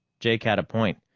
jake had a point,